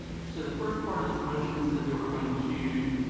so the first part of this motion says that we're going to